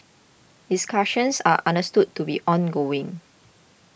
discussions are understood to be ongoing